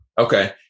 Okay